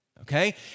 okay